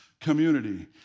community